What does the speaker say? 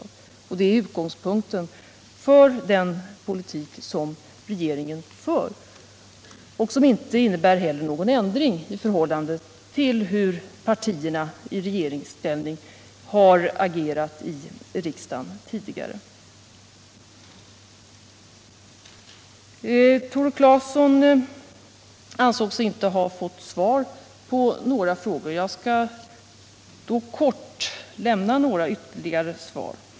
Det är utgångspunkten för den politik som regeringen för — som inte heller innebär någon ändring i förhållande I till hur mittenpartierna har agerat i riksdagen tidigare. Om bostadspoliti Tore Claeson ansåg sig inte ha fått svar på alla frågor. Jag skall då — ken kort lämna några ytterligare svar.